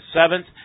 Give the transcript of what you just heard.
seventh